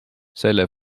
selle